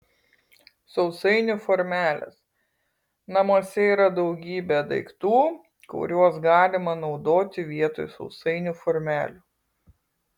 sausainių formelės namuose yra daugybė daiktų kuriuos galima naudoti vietoj sausainių formelių